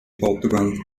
portugal